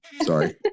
Sorry